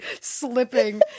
slipping